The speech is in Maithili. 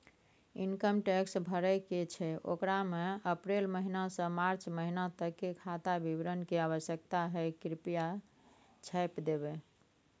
इनकम टैक्स भरय के छै ओकरा में अप्रैल महिना से मार्च महिना तक के खाता विवरण के आवश्यकता हय कृप्या छाय्प देबै?